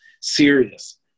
serious